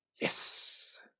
Yes